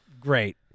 Great